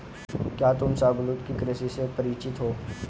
क्या तुम शाहबलूत की कृषि से परिचित हो?